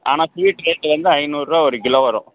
ஆனால் sweet rate வந்து ஐந்நூறுரூவா ஒரு கிலோ வரும்